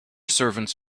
servants